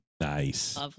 Nice